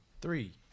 Three